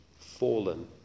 fallen